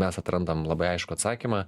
mes atrandam labai aiškų atsakymą